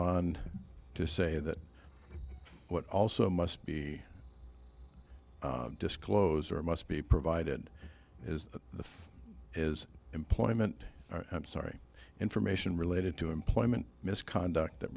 on to say that what also must be disclosed or must be provided is the is employment sorry information related to employment misconduct that